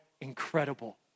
incredible